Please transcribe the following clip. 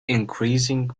increasing